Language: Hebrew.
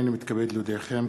הנני מתכבד להודיעכם,